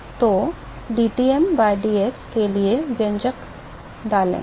नहीं डालते हैं तो dTm by dx के लिए व्यंजक डालें